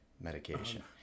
medication